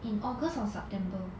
in august or september